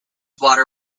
water